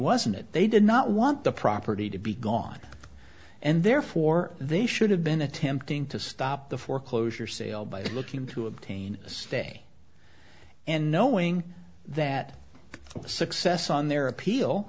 wasn't it they did not want the property to be gone and therefore they should have been attempting to stop the foreclosure sale by looking to obtain a stay and knowing that the success on their appeal